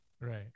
Right